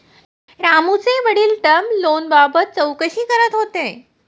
रामूचे वडील टर्म लोनबाबत चौकशी करत होते